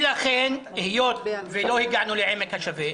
היות ולא הגענו לעמק השווה,